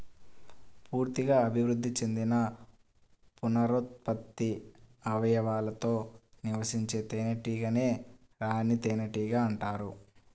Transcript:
పూర్తిగా అభివృద్ధి చెందిన పునరుత్పత్తి అవయవాలతో నివసించే తేనెటీగనే రాణి తేనెటీగ అంటారు